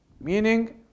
Meaning